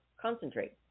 concentrate